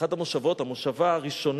אחת המושבות הראשונות,